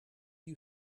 you